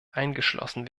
eingeschlossen